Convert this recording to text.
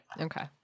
Okay